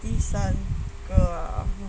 第三个 ah